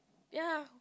ya